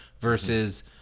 versus